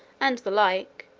and the like,